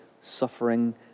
suffering